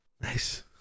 Nice